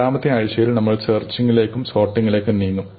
രണ്ടാമത്തെ ആഴ്ചയിൽ നമ്മൾ സെർച്ചിങ്ങിലിലേക്കും സോർട്ടിങ്ങിലേക്കും നീങ്ങും